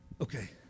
Okay